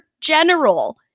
general